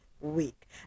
week